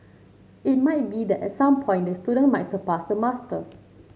it might be that at some point the student might surpass the master